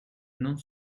non